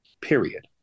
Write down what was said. period